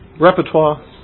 repertoire